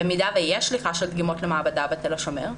במידה ויש שליחה של דגימות למעבדה בתל השומר,